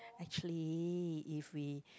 actually if we